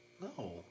No